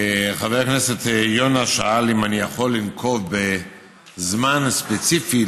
חבר הכנסת יונה שאל אם אני יכול לנקוב בזמן ספציפי,